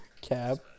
Cab